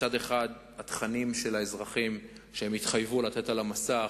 מצד אחד התכנים לאזרחים, שהם התחייבו לתת על המסך,